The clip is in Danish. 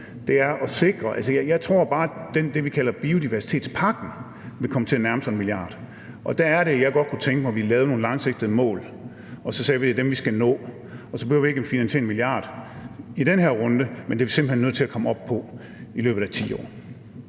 Jeg tror bare, at det, vi kalder biodiversitetspakken, vil komme til at nærme sig 1 mia. kr., og der kunne jeg godt tænke mig, at vi lavede nogle langsigtede mål og sagde: Det er dem, vi skal nå. Så behøver vi ikke at finansiere 1 mia. kr. i den her runde, men det er vi simpelt hen nødt til at komme op på i løbet af 10 år.